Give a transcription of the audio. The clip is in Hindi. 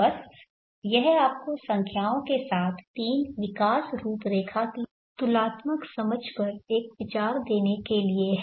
बस यह आपको संख्याओं के साथ तीन विकास रूपरेखा की तुलनात्मक समझ पर एक विचार देने के लिए है